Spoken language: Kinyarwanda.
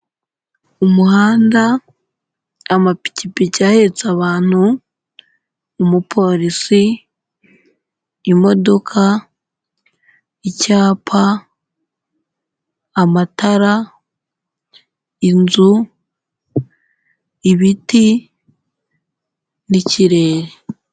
Umuhanda, amapikipiki yahetse abantu, umupolisi, imodoka, icyapa, amatara, inzu ,ibiti n'ikirere.